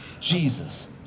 Jesus